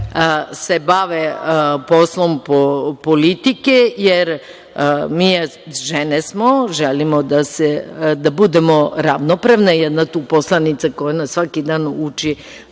se bave poslom politike, jer žene smo, želimo da budemo ravnopravne. Jedna tu poslanica koja nas svaki dan nas